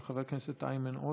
של חבר הכנסת איימן עודה: